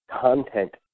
content